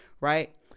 Right